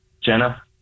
Jenna